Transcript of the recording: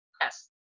Yes